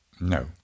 No